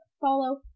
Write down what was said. follow